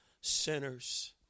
Sinners